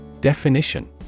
Definition